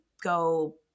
go